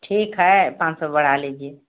ठीक है पाँच सौ बढ़ा लीजिए